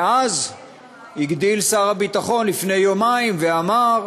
ואז הגדיל שר הביטחון לפני יומיים ואמר: